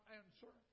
answer